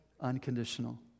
unconditional